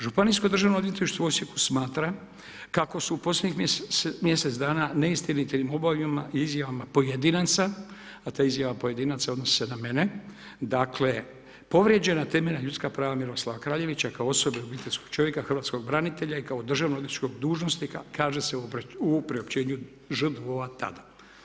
Županijsko državno odvjetništvo u Osijeku smatra kako su posljednjih mjesec dana neistine objavama, izjavama, pojedinaca a te izjave pojedinaca odnose se na mene, dakle, povrijeđena temeljna ljudska prava Miroslava Kraljevića, kao sobe obiteljskog čovjeka, hrvatskog branitelja i kao državno odvjetničkog dužnosnika, kaže se u priopćenju … tada.